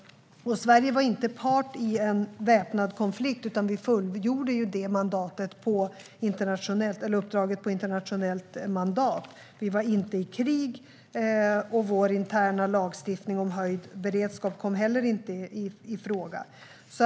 Sverige var inte part i en väpnad konflikt, utan vi fullgjorde uppdraget på internationellt mandat. Vi var inte i krig, och vår interna lagstiftning om höjd beredskap kom inte heller i fråga.